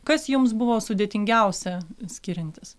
kas jums buvo sudėtingiausia skiriantis